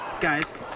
Guys